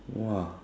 !wah!